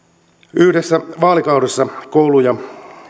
yhdessä vaalikaudessa kouluja